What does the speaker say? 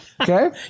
Okay